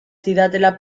zidatela